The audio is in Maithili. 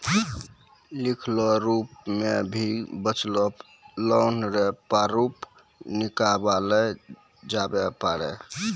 लिखलो रूप मे भी बचलो लोन रो प्रारूप निकाललो जाबै पारै